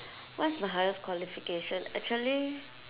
what's my highest qualification actually